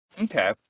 Okay